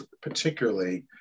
particularly